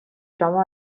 شما